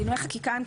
דיני החקיקה הם,